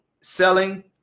selling